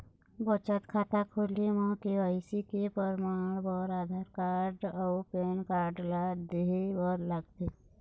बचत खाता खोले म के.वाइ.सी के परमाण बर आधार कार्ड अउ पैन कार्ड ला देहे बर लागथे